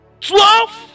Twelve